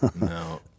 No